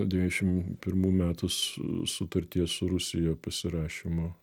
devyniasdešim pirmų metų sutarties su rusija pasirašymo